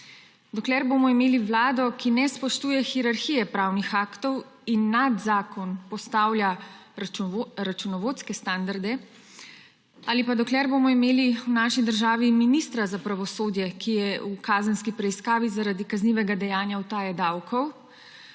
dokler bomo imeli vlado, ki ne spoštuje hierarhije pravnih aktov in nad zakon postavlja računovodske standarde, ali pa dokler bomo imeli v naši državi ministra za pravosodje, ki je v kazenski preiskavi zaradi kaznivega dejanja utaje davkov,